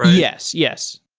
yes. yes.